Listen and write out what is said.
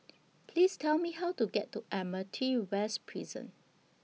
Please Tell Me How to get to Admiralty West Prison